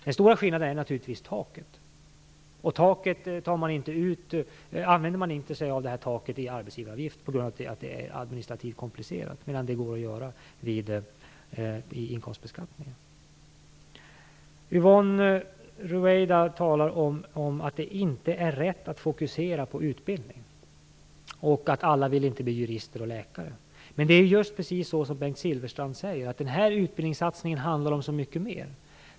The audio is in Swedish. Den stora skillnaden är naturligtvis taket. Man använder sig inte av ett tak i arbetsgivaravgiften på grund av att det är administrativt komplicerat medan det går att göra i inkomstbeskattningen. Yvonne Ruwaida talar om att det inte är rätt att fokusera på utbildning och att alla inte vill bli jurister och läkare. Men det är precis som Bengt Silfverstrand säger att den här utbildningssatsningen handlar om så mycket mer.